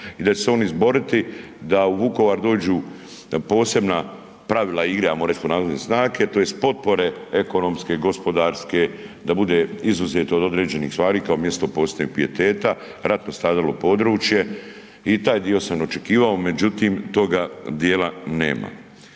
i da će se on izboriti da u Vukovar dođu posebna pravila igre … /ne razumije se/ … tj. potpore ekonomske, gospodarske da bude izuzeto od određenih stvari kao mjesto posebnog pijeteta, ratom stradalo područje i taj dio sam očekivao. Međutim, toga dijela nema.